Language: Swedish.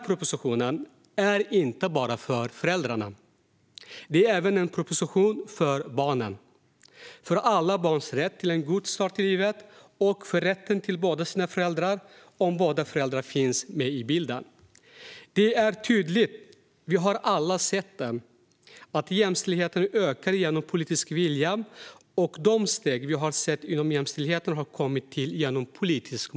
Propositionen är inte bara för föräldrarna, utan det är även en proposition för barnen - för alla barns rätt till en god start i livet och för rätten till båda sina föräldrar, om båda finns med i bilden. Det är tydligt - vi har alla sett det - att jämställdheten ökar genom politisk vilja och att de steg som vi har sett inom jämställdheten har kommit till genom politiskt mod.